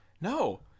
No